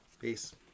Peace